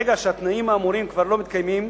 ברגע שהתנאים האמורים כבר לא מתקיימים,